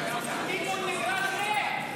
בועז טופורובסקי,